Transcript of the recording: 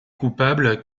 coupable